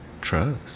Trust